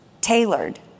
tailored